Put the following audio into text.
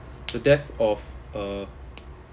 the death of uh